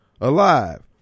alive